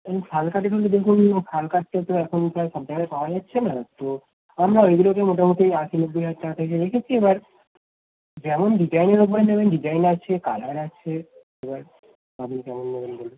ও শাল কাঠের মধ্যে যেগুলো শাল কাঠটা তো প্রায় এখন প্রায় সব জায়গায় পাওয়া যাচ্ছে না তো আমরা ওগুলোকে মোটামুটি আশি নব্বই হাজার টাকা থেকে রেখেছি এবার যেমন ডিজাইনের উপরে নেবেন ডিজাইন আছে কালার আছে এবার আপনি কেমন নেবেন বলুন